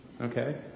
Okay